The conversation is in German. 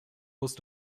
holst